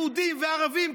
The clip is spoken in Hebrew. יהודים וערבים,